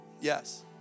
Yes